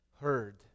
heard